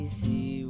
see